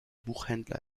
buchhändler